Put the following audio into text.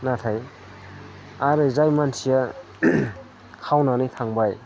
नाथाय आरो जाय मानसिया खावनानै थांबाय